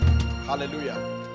Hallelujah